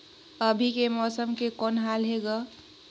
अभी के मौसम के कौन हाल हे ग?